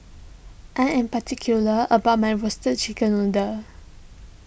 I am particular about my Roasted Chicken Noodle